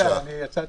קראתי